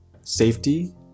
safety